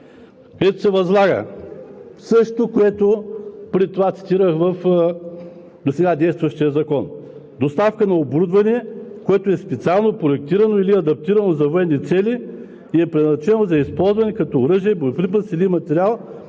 Там се възлага същото, което преди това цитирах в досега действащия закон: „1. Доставка на оборудване, което е специално проектирано или адаптирано за военни цели и е предназначено за използване като оръжие, боеприпаси или материал